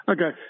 Okay